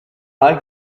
like